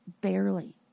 barely